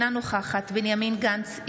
אינה נוכחת בנימין גנץ,